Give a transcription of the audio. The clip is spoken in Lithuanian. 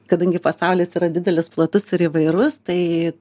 kadangi pasaulis yra didelis platus ir įvairus tai